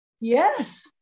Yes